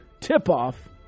tip-off